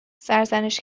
سرزنش